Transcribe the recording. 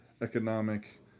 economic